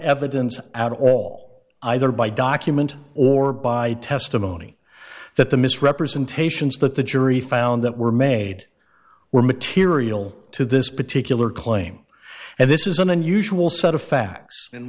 evidence at all either by document or by testimony that the misrepresentations that the jury found that were made were material to this particular claim and this is an unusual set of fa